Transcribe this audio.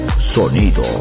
sonido